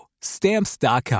Stamps.com